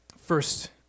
First